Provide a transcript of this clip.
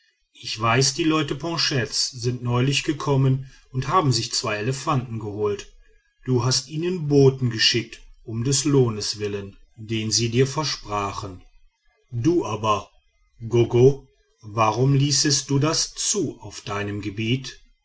ich weiß die leute poncets sind neulich gekommen und haben sich zwei elefanten geholt du hast ihnen boten geschickt um des lohnes willen den sie dir versprachen du aber goggo warum ließest du das zu auf deinem gebiet